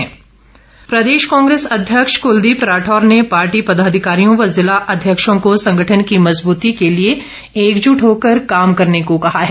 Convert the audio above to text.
कुलदीप राठौर प्रदेश कांग्रेस अध्यक्ष कुलदीप राठौर ने पार्टी पदाधिकारियों व जिला अध्यक्षों को संगठन की मजबूती के लिए एकजुट होकर काम करेने को कहा है